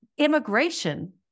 Immigration